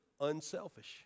unselfish